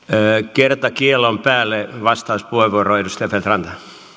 kerta kiellon päälle vastauspuheenvuoro edustaja feldt ranta